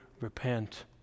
repent